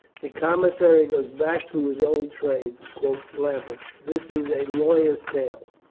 the commissary goes back to his old trade, quoth lambert. this is a lawyer's tale.